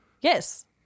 Yes